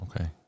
Okay